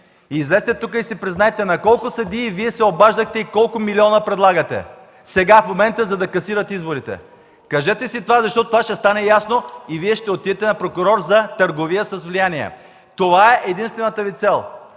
Излезте тук и си признайте на колко съдии Вие се обаждахте и колко милиона предлагате сега, в момента, за да касират изборите. Кажете си това, защото то ще стане ясно и Вие ще отидете на прокурор за търговия с влияние. Това е единствената Ви цел